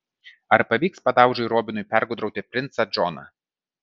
ar pavyks padaužai robinui pergudrauti princą džoną